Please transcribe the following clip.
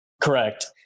Correct